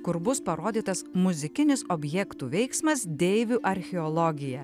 kur bus parodytas muzikinis objektų veiksmas deivių archeologija